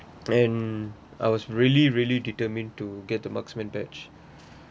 and I was really really determined to get the marksman badge